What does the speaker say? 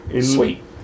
Sweet